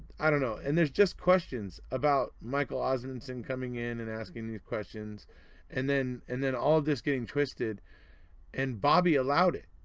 i don't know and there's just questions about michael osmunson coming in and asking these questions and then and then all this getting twisted and bobby allowed it!